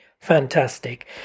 fantastic